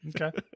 Okay